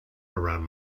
around